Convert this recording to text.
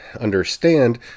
understand